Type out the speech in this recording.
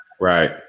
Right